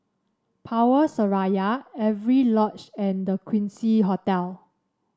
Power Seraya Avery Lodge and The Quincy Hotel